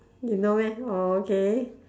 you know meh orh okay